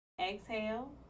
exhale